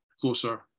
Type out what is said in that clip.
closer